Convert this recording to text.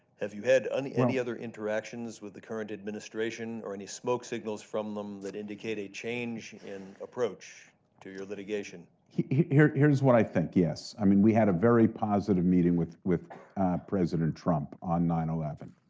have you had and any other interactions with the current administration, or any smoke signals from them that indicate a change in approach to your litigation? here's here's what i think, yes. i mean we had a very positive meeting with with president trump on nine eleven.